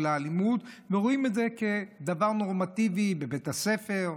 אלימות ורואים את זה כדבר נורמטיבי: בבית הספר,